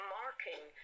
marking